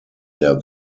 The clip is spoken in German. der